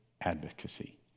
advocacy